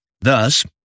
Thus